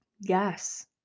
Yes